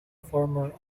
former